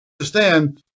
understand